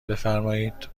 بفرمایید